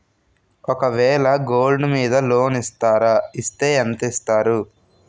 ఒక వేల గోల్డ్ మీద లోన్ ఇస్తారా? ఇస్తే ఎంత ఇస్తారు?